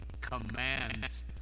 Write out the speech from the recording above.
commands